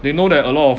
they know that a lot of